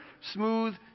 smooth